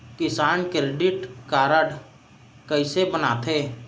किसान credit card कइसे बनथे?